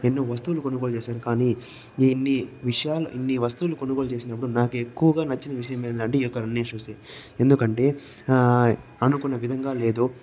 ఎన్నో వస్తువులు కొనుగోలు చేశాను కానీ ఇన్ని విషయాలు ఇన్ని వస్తువులు కొనుగోలు చేసినప్పుడు నాకు ఎక్కువగా నచ్చని విషయం ఏమిటంటే ఈ యొక్క రన్నింగ్ షూస్ ఎందుకంటే అనుకున్న విధంగా లేదు